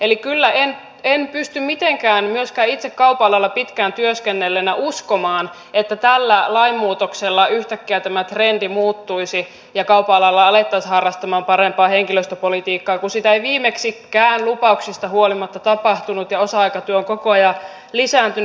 eli en kyllä pysty mitenkään myöskään itse kaupan alalla pitkään työskennelleenä uskomaan että tällä lainmuutoksella yhtäkkiä tämä trendi muuttuisi ja kaupan alalla alettaisiin harrastamaan parempaa henkilöstöpolitiikkaa kun sitä ei viimeksikään lupauksista huolimatta tapahtunut ja osa aikatyö on koko ajan lisääntynyt